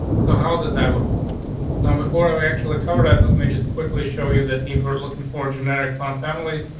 so how does that would work now, before i actually covered, i'd let me just quickly show you that if we're looking for generic font families,